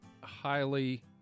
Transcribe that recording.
highly